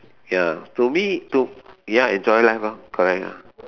ya to me to ya enjoy life lor correct lor